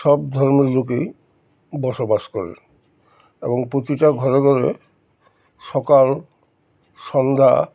সব ধর্মের লোকেই বসবাস করে এবং প্রতিটা ঘরে ঘরে সকাল সন্ধ্যা